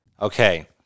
Okay